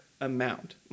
amount